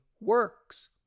works